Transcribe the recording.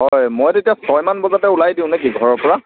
হয় মই তেতিয়া ছয় মান বজাতে ওলাই দিওঁ নে কি ঘৰৰ পৰা